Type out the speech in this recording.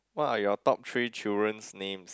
what are your top three children's names